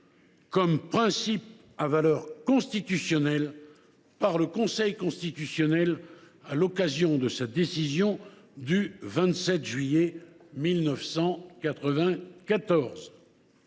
comme principe à valeur constitutionnelle par le Conseil constitutionnel, à l’occasion de sa décision du 27 juillet 1994.